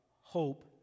hope